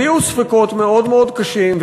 הביעו ספקות מאוד קשים,